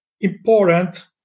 important